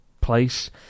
place